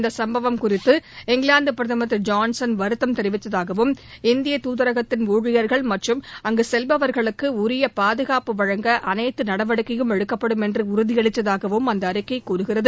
இந்த சும்பவம் குறித்து இங்கிலாந்து பிரதமர் திரு ஜான்சன் வருத்தம் தெரிவித்ததாகவும் இந்திய தூதரகத்தின் ஊழியர்கள் மற்றும் அங்கு செல்பவர்களுக்கு உரிய பாதுகாப்பு வழங்க அனைத்து நடவடிக்கையும் எடுக்கப்படும் என்று உறுதியளித்ததாகவும் அந்த அறிக்கை கூறுகிறது